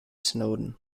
snowden